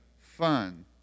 fun